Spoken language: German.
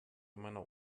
meiner